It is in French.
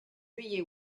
juillet